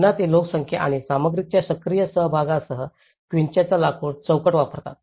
पुन्हा ते लोकसंख्या आणि सामग्रीच्या सक्रिय सहभागासह क्वीनचाचा लाकूड चौकट वापरतात